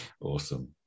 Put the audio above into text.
Awesome